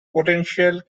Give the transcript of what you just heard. potential